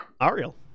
Ariel